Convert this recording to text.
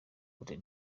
cote